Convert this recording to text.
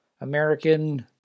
American